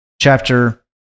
chapter